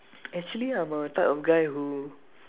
actually I'm a type of guy who